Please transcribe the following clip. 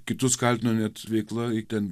kitus kaltino net veikla i ten